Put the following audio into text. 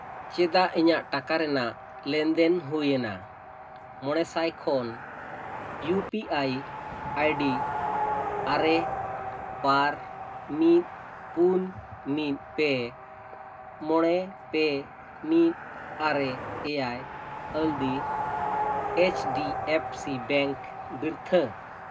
ᱪᱮᱫᱟᱜ ᱤᱧᱟᱹᱜ ᱴᱟᱠᱟ ᱨᱮᱱᱟᱜ ᱞᱮᱱᱫᱮᱱ ᱦᱩᱭ ᱮᱱᱟ ᱢᱚᱬᱮ ᱥᱟᱭ ᱠᱷᱚᱱ U P I I D ᱟᱨᱮ ᱵᱟᱨ ᱢᱤᱫ ᱯᱩᱱ ᱢᱤᱫ ᱯᱮ ᱢᱚᱬᱮ ᱯᱮ ᱢᱤᱫ ᱟᱨᱮ ᱮᱭᱟᱭ ᱟᱞᱫᱤ H D F C bank ᱵᱨᱤᱛᱷᱟᱹ